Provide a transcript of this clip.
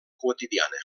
quotidiana